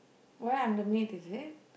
why I'm the maid is it